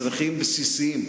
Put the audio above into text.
מצרכים בסיסיים,